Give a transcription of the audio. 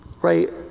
Right